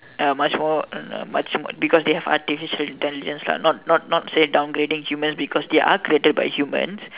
uh much more much more because they have artificial intelligence lah not not not say downgrading humans because they are created by humans